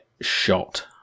shot